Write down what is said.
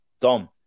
Dom